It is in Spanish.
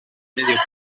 medio